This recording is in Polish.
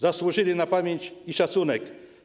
Zasłużyli na pamięć i szacunek.